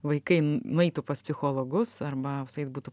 vaikai nueitų pas psichologus arba su jais būtų